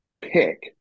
pick